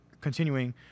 continuing